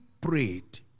prayed